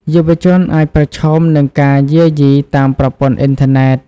យុវជនអាចប្រឈមនឹងការយាយីតាមប្រព័ន្ធអ៊ីនធឺណិត។